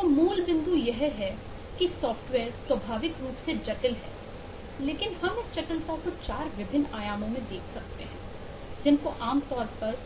तो मूल बिंदु यह है कि सॉफ्टवेयर स्वाभाविक रूप से जटिल है लेकिन हम इस जटिलता को 4 विभिन्न आयामों में देख सकते हैं जिनको आमतौर पर